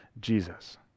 Jesus